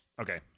okay